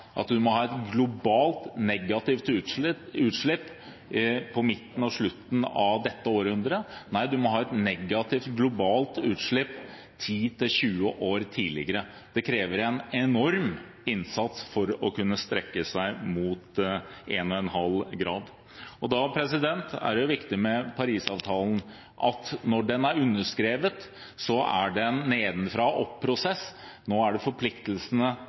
ha et negativt utslipp globalt på midten og på slutten av dette århundret, men også at vi må ha et negativt utslipp globalt 10–20 år tidligere. Det krever en enorm innsats å kunne strekke seg mot 1,5 grader. Da er det viktige med Paris-avtalen at når den er underskrevet, er det en nedenfra-og-opp-prosess. Nå er det